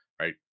right